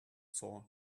saw